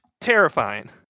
terrifying